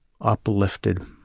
uplifted